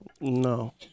No